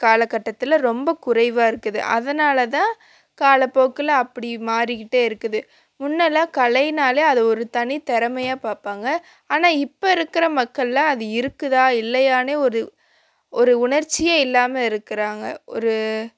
காலகட்டத்தில் ரொம்ப குறைவாக இருக்குது அதனால் தான் காலப்போக்கில் அப்படி மாறிக்கிட்டே இருக்குது முன்னெல்லாம் கலைன்னாலே அது ஒரு தனித்திறமையா பார்ப்பாங்க ஆனால் இப்போ இருக்கிற மக்களெலாம் அது இருக்குதா இல்லையானே ஒரு ஒரு உணர்ச்சியே இல்லாமல் இருக்கிறாங்க ஒரு